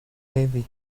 heavy